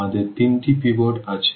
আমাদের তিনটি পিভট আছে